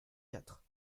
quatre